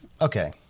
okay